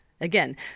Again